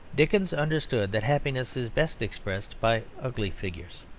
dickens understood that happiness is best expressed by ugly figures.